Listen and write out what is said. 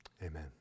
Amen